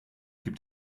gibt